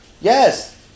Yes